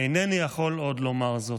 אינני יכול עוד לומר זאת.